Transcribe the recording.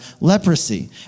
leprosy